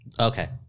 Okay